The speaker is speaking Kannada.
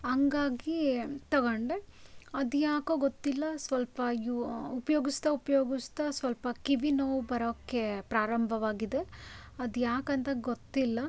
ಹಂಗಾಗಿ ತಗೊಂಡೆ ಅದು ಯಾಕೋ ಗೊತ್ತಿಲ್ಲ ಸ್ವಲ್ಪ ಯೂ ಉಪ್ಯೋಗಿಸ್ತಾ ಉಪ್ಯೋಗಿಸ್ತಾ ಸ್ವಲ್ಪ ಕಿವಿನೋವು ಬರೋಕ್ಕೆ ಪ್ರಾರಂಭವಾಗಿದೆ ಅದು ಯಾಕಂತ ಗೊತ್ತಿಲ್ಲ